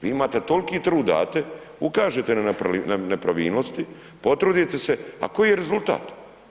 Vi imate, toliki trud date, ukažete na nepravilnosti, potrudite se, a koji je rezultat?